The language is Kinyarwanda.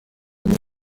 muri